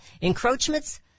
encroachments